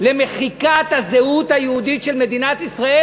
למחיקת הזהות היהודית של מדינת ישראל.